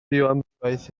fioamrywiaeth